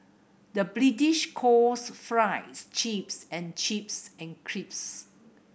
the British calls fries chips and chips crips